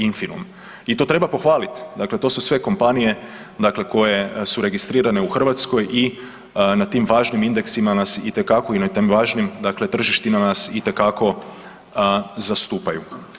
Infinum i to treba pohvalit, dakle to su sve kompanije koje su registrirane u Hrvatskoj i na tim važnim indeksima nas itekako i na tim važnim tržištima nas itekako zastupaju.